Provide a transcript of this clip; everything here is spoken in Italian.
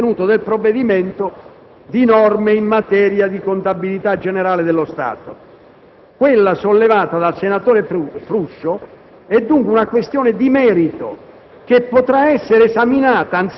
di accertare la presenza nel contenuto del provvedimento di norme in materia di contabilità generale dello Stato. Quella sollevata dal senatore Fruscio, è dunque una questione di merito